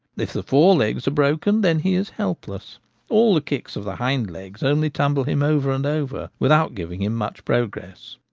if the forelegs are broken, then he is helpless all the kicks of the hind legs only tumble him over and over with out giving him much progress.